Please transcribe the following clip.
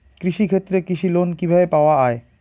কৃষি ক্ষেত্রে কৃষি লোন কিভাবে পাওয়া য়ায়?